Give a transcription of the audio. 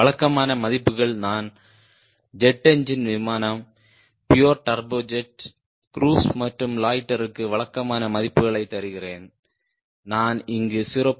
வழக்கமான மதிப்புகள் நான் ஜெட் என்ஜின் விமானம் பியோர் டர்போஜெட் க்ரூஸ் மற்றும் லொயிட்டருக்கு வழக்கமான மதிப்புகளை தருகிறேன் நான் இங்கு 0